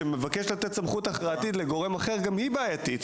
שמבקש לתת סמכות הכרעתית לגורם אחר גם היא בעייתית